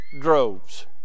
droves